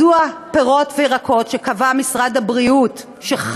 מדוע פירות וירקות שקבע משרד הבריאות שהם